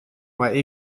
mae